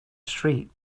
street